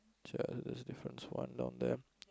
there's a difference one down there